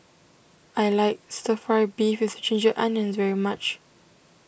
I like Stir Fry Beef with Ginger Onions very much